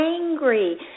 angry